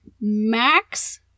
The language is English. Max